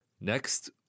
Next